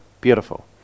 Beautiful